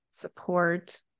support